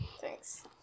thanks